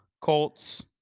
Colts